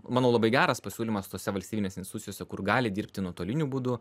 manau labai geras pasiūlymas tose valstybinėse institucijose kur gali dirbti nuotoliniu būdu